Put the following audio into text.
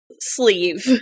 sleeve